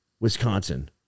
Wisconsin